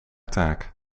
taak